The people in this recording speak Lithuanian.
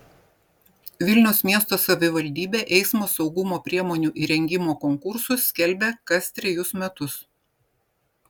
vilniaus miesto savivaldybė eismo saugumo priemonių įrengimo konkursus skelbia kas trejus metus